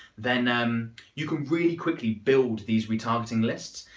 then then you can very quickly build these retargeting lists.